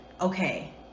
okay